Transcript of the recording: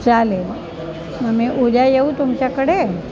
चालेल मग मी उद्या येऊ तुमच्याकडे